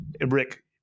Rick